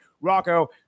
Rocco